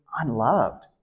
unloved